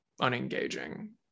unengaging